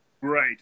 Great